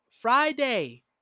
Friday